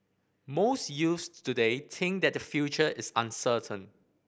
most youths today think that their future is uncertain